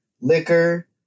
Liquor